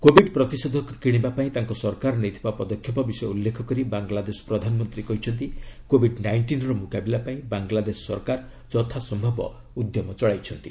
Covid ପ୍ରତିଷେଧକ କିଣିବାପାଇଁ ତାଙ୍କ ସରକାର ନେଇଥିବା ପଦକ୍ଷେପ ବିଷୟ ଉଲ୍ଲେଖ କରି ବାଙ୍ଗ୍ଲାଦେଶ ପ୍ରଧାନମନ୍ତ୍ରୀ କହିଛନ୍ତି କୋବିଡ୍ ନାଇଣ୍ଟିନ୍ର ମ୍ରକାବିଲାପାଇଁ ବାଙ୍ଗ୍ଲାଦେଶ ସରକାର ଯଥାସମ୍ଭବ ଉଦ୍ୟମ ଚଳାଇଛନ୍ତି